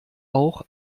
auch